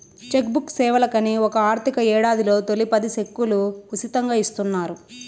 check book సేవలకని ఒక ఆర్థిక యేడాదిలో తొలి పది సెక్కులు ఉసితంగా ఇస్తున్నారు